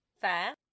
Fair